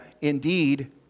Indeed